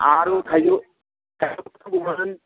आरो थाइजौ